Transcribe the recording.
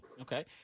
Okay